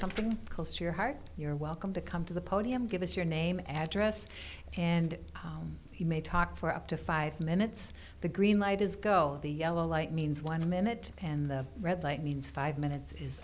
something close to your heart you're welcome to come to the podium give us your name address and he may talk for up to five minutes the green light is go the yellow light means one minute and the red light means five minutes is